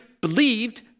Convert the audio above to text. believed